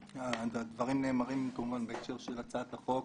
הדברים שלי נאמרים כמובן בהקשר של הצעת החוק,